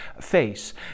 face